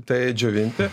tai džiovinti